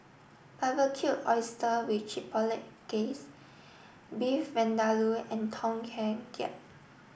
Barbecued Oysters with Chipotle Glaze Beef Vindaloo and Tom Kha Gai